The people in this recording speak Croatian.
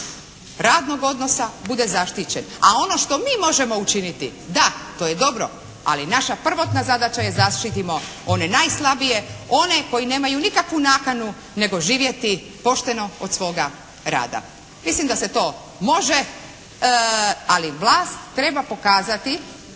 radnog odnosa bude zaštićen, a ono što mi možemo učiniti da, to je dobro, ali naša prvotna zadaća je zaštitimo one najslabije, one koji nemaju nikakvu nakanu nego živjeti pošteno od svoga rada. Mislim da se to može, ali vlast treba pokazati